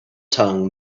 tongue